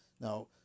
Now